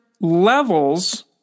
levels